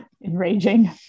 Enraging